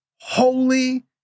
Holy